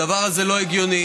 הדבר הזה לא הגיוני.